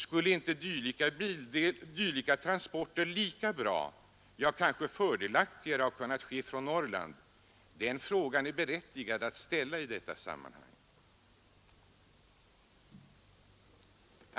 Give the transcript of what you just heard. Skulle inte dylika transporter lika bra, ja, kanske fördelaktigare, ha kunnat göras från Norrland? Det är berättigat att ställa den frågan i detta sammanhang.